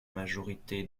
majorité